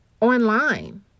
online